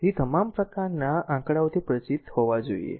તેથી તમામ પ્રકારના આંકડાઓથી પરિચિત હોવા જોઈએ